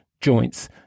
joints